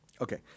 Okay